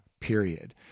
period